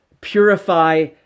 purify